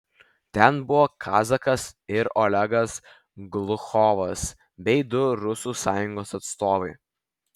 ten buvo kazakas ir olegas gluchovas bei du rusų sąjungos atstovai